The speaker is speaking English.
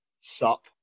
sup